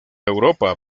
europa